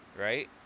Right